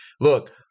Look